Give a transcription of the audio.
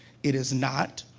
it is not,